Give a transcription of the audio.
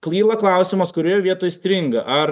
klyla klausimas kurioje vietoj stringa ar